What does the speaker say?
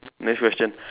next question